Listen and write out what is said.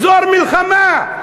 אזור מלחמה.